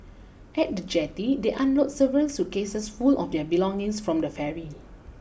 at the jetty they unload several suitcases full of their belongings from the ferry